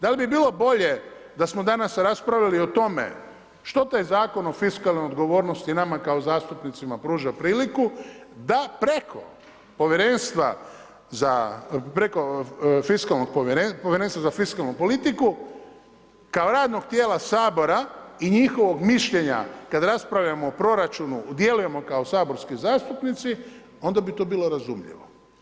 Da li bi bilo bolje da smo danas raspravili o tome što taj Zakon o fiskalnoj odgovornosti nama kao zastupnicima pruža priliku da preko Povjerenstva za, preko Povjerenstva za fiskalnu politiku, kao radnog tijela Sabora i njihovog mišljenja kada raspravljamo o proračunu, djelujemo kao saborski zastupnici, onda bi to bilo razumljivo.